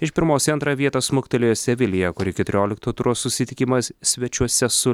iš pirmos į antrą vietą smuktelėjo sevilija kuri keturiolikto turo susitikimas svečiuose su